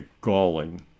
galling